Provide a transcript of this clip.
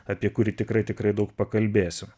apie kurį tikrai tikrai daug pakalbėsim